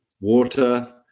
water